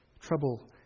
trouble